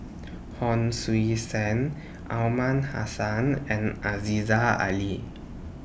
Hon Sui Sen Aliman Hassan and Aziza Ali